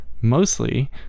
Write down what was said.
mostly